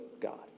God